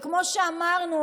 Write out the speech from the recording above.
וכמו שאמרנו,